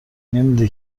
نمیده